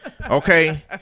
Okay